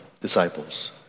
disciples